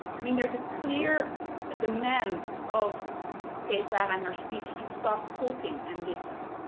i mean, there's a clear demand of kay sara and her speech to stop talking and listen.